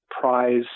prize